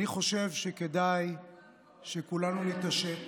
אני חושב שכדאי שכולנו נתעשת